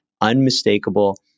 unmistakable